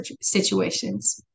situations